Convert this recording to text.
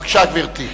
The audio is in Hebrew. בבקשה, גברתי.